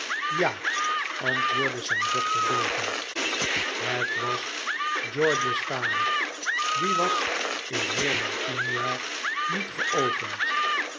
ja antwoordde zijn dochter bevend het was george's kamer die was in meer dan tien jaar niet geopend